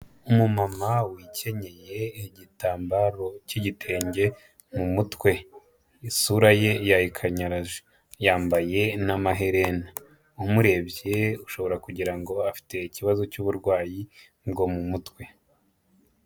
Umumama wikenyeye igitambaro cy'igitenge mu mutwe. Isura ye yayikanyaraje, yambaye n'amaherena. Umurebye ushobora kugira ngo afite ikibazo cy'uburwayi bwo mu mutwe.